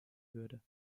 würde